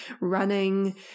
running